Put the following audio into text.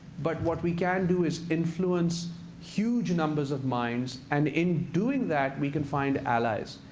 but what we can do is influence huge numbers of minds, and in doing that we can find allies.